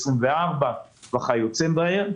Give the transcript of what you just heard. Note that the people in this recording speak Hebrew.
24 וכיוצא בזה.